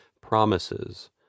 promises